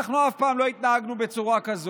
גם אתה עשית את זה קודם.